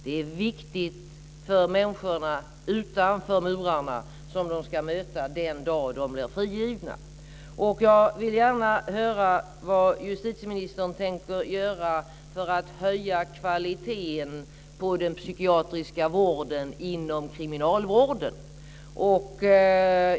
Det är viktigt för människorna utanför murarna som de ska möta den dag de blir frigivna. Jag vill gärna höra vad justitieministern tänker göra för att höja kvaliteten på den psykiatriska vården inom kriminalvården.